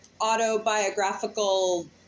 autobiographical